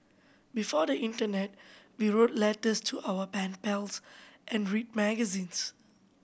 before the internet we wrote letters to our pen pals and read magazines